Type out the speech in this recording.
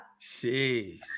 Jeez